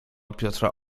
piotra